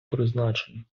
призначень